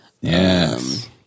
Yes